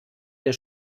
der